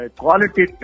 quality